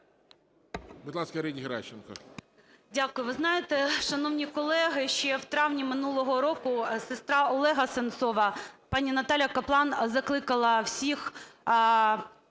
Дякую. Ви знаєте, шановні колеги, ще в травні минулого року сестра Олега Сенцова пані Наталя Каплан закликала всіх